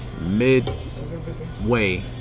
Midway